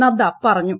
നദ്ദ പറഞ്ഞു